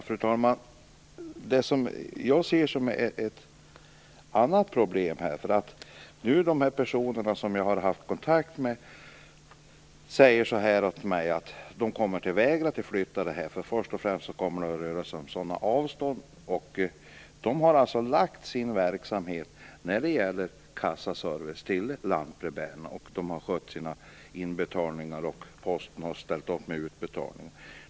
Fru talman! Jag ser ett annat problem. De personer som jag har haft kontakt med säger att de kommer att vägra att flytta brevlådan eftersom det kommer att bli sådana avstånd. De har förlagt sin verksamhet när det gäller kassaservice hos lantbrevbärarna, har skött sina inbetalningar, och Posten har ställt upp med utbetalningar.